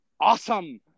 awesome